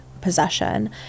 possession